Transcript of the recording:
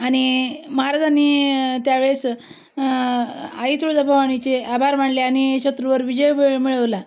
आणि महाराजांनी त्यावेळेस आई तुळजाभवानीचे आभार मानले आनि शत्रूवर विजय व मिळवला